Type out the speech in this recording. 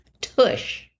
tush